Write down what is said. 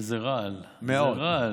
וזה רעל, זה רעל.